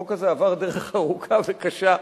החוק הזה עבר דרך ארוכה וקשה,